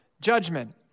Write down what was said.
judgment